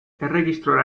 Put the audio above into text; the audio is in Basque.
erregistrora